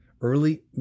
early